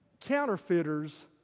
Counterfeiters